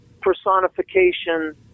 personification